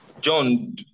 John